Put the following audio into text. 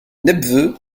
nepveu